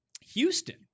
Houston